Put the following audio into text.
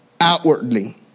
outwardly